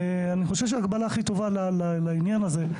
אני חושב שההקבלה הכי טובה לעניין הזה היא